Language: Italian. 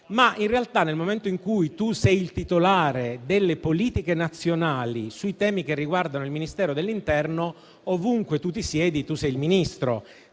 o dall'altra, nel momento in cui si è titolari delle politiche nazionali sui temi che riguardano il Ministero dell'interno, ovunque ci si siede si è Ministro,